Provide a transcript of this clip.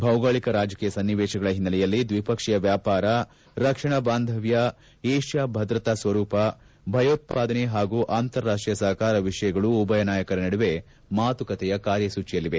ಭೌಗೋಳಿಕ ರಾಜಕೀಯ ಸನ್ನಿವೇಶಗಳ ಹಿನ್ನೆಲೆಯಲ್ಲಿ ದ್ವಿಪಕ್ಷೀಯ ವ್ವಾವಾರ ರಕ್ಷಣಾ ಬಾಂಧವ್ಯ ಏಷ್ಯಾ ಭದ್ರತಾ ಸ್ವರೂಪ ಭಯೋತ್ಪಾದನೆ ಹಾಗೂ ಅಂತಾರಾಷ್ಟೀಯ ಸಹಕಾರ ವಿಷಯಗಳು ಉಭಯ ನಾಯಕರ ನಡುವೆ ಮಾತುಕತೆಯ ಕಾರ್ಯಸೂಚಿಯಲ್ಲಿವೆ